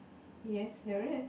yes there is